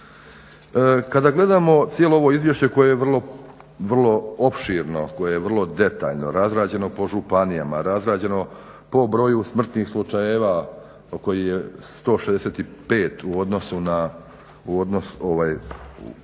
Kada gledamo cijelo ovo izvješće koje je vrlo opširno, koje je vrlo detaljno razrađeno po županijama, razrađeno po broju smrtnih slučajeva kojih je 165 u odnosu na,